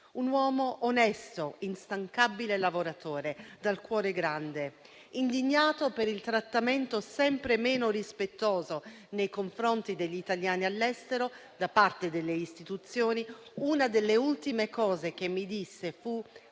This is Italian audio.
Un uomo onesto, instancabile lavoratore, dal cuore grande, indignato per il trattamento sempre meno rispettoso nei confronti degli italiani all'estero da parte delle istituzioni. Una delle ultime cose che mi disse fu